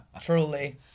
Truly